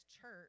church